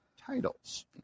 titles